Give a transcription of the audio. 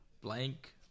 Blank